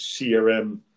crm